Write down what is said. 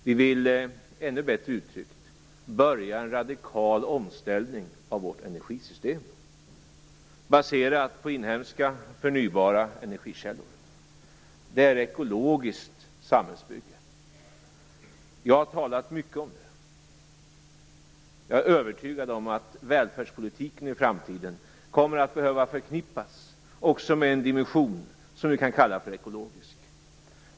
Vi vill, ännu bättre uttryckt, börja en radikal omställning av vårt energisystem baserat på inhemska förnybara energikällor. Det är ett ekologiskt samhällsbygge. Vi har talat mycket om det. Jag är övertygad om att välfärdspolitiken i framtiden kommer att behöva förknippas också med en dimension som vi kan kalla för ekologisk.